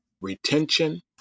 retention